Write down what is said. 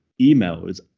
emails